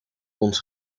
ons